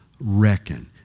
reckon